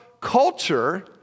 culture